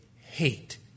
hate